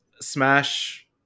Smash